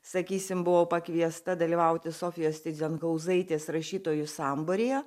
sakysim buvo pakviesta dalyvauti sofijos tyzenhauzaitės rašytojų sambūryje